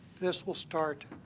this will start